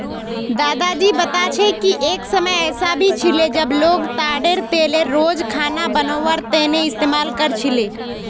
दादी जी बता छे कि एक समय ऐसा भी छिले जब लोग ताडेर तेलेर रोज खाना बनवार तने इस्तमाल कर छीले